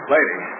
Lady